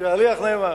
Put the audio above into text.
שליח נאמן.